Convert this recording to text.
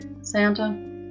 santa